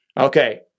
Okay